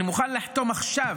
אני מוכן לחתום עכשיו